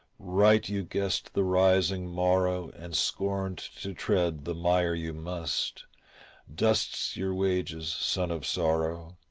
right you guessed the rising morrow and scorned to tread the mire you must dust's your wages, son of sorrow,